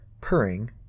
purring